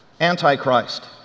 Antichrist